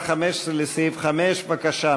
יעל גרמן, מאיר כהן,